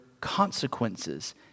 consequences